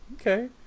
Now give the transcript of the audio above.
Okay